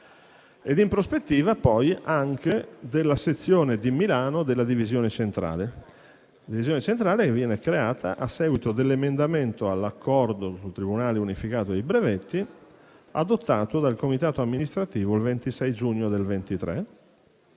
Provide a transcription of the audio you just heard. ed in prospettiva, poi, anche della sezione di Milano della divisione centrale. La divisione centrale viene creata a seguito dell'emendamento all'accordo sul Tribunale unificato dei brevetti adottato dal comitato amministrativo il 26 giugno 2023,